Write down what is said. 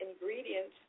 ingredients